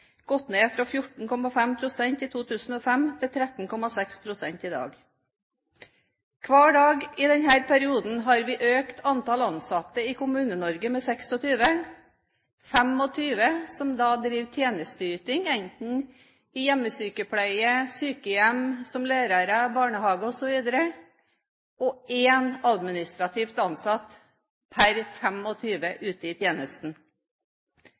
gått ned fra 14,5 pst. i 2005 til 13,6 pst. i dag. Hver dag i denne perioden har vi økt antall ansatte i Kommune-Norge med 26 – 25 som driver tjenesteyting enten i hjemmesykepleie eller i sykehjem, som er lærere, som er ansatt i barnehage, osv., og én administrativt ansatt per 25 ute i tjenesten.